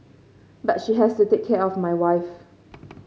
but she has to take care of my wife